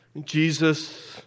Jesus